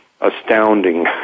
astounding